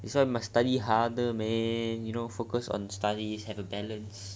that's why you must study harder man must focus on studies have a balance